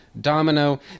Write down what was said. Domino